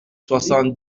soixante